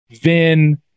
vin